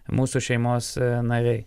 mūsų šeimos nariai